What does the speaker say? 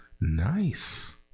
Nice